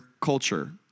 culture